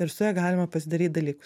ir su ja galima pasidaryt dalykus